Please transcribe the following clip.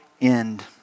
end